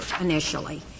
initially